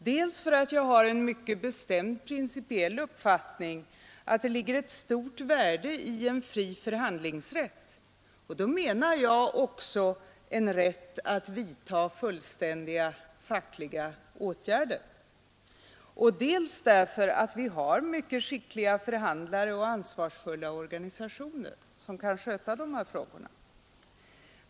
Dels har jag den mycket bestämda principiella uppfattningen att det ligger ett stort värde i en fri förhandlingsrätt — då menar jag också en rätt att vidta fullständiga fackliga åtgärder — och dels har vi mycket skickliga förhandlare och ansvarsfulla organisationer som kan sköta de frågorna.